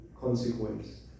consequence